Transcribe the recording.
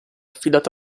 affidato